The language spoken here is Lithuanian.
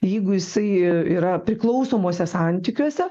jeigu jisai yra priklausomuose santykiuose